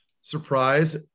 surprise